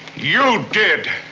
you did!